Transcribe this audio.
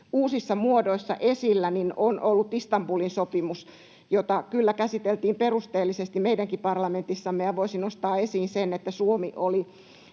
uusissa muodoissa esillä, on ollut Istanbulin sopimus, jota kyllä käsiteltiin perusteellisesti meidänkin parlamentissamme. Ja voisin nostaa esiin sen, että Suomi oli